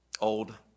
old